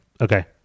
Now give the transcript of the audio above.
Okay